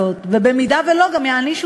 במפלגתי לאגף הימני,